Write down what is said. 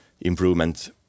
improvement